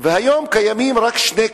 והיום קיימים רק שני קורסים.